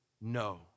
no